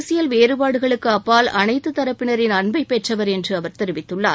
அரசியல் வேறுபாடுகளுக்கு அப்பால் அனைத்து தரப்பினரின் அன்பை பெற்றிருந்தவர் என்று அவர் தெரிவித்துள்ளார்